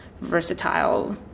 versatile